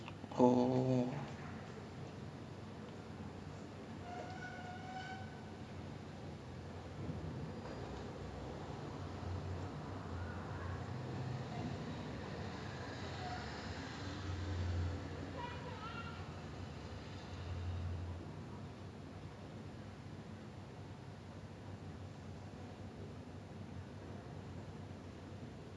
ya so அவங்க நம்ம நா ஊர்ல பண்றது வந்து நாட்டு வலி அது நம்ம வந்து பெருசா ஒரு இடோலா கட்டி ஒரு:avanga namma naa oorla pandrathu vanthu naatu vali athu namma vanthu perusaa oru idolaa katti oru silo மாரி வச்சு அதலா பண்ணமாட்டோ ஒரு மரத்துக்கு கீழ ஒரு சின்ன:maari vachu athala pannamaato oru marathukku keela oru chinna err fire start பண்ணி அதுக்கு மேல அத கொஞ்சோ போட்டு கொஞ்ச நேரோ:panni athukku mela atha konjo pottu konja nero like வேக வச்ச அது தானாவே வந்துரும்:vega vacha athu thanaavae vanthurum but இங்க வந்து:inga vanthu tennessee lah வந்து:vanthu like in america lah like they make huge cigars and stuff உள்ள எல்லாத்தயும் போட்டுட்டு:ulla ellaathaiyum pottuttu mix பண்ணி கலந்து ரொம்ப பெரிய:panni kalanthu romba periya process